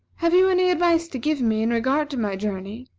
have you any advice to give me in regard to my journey?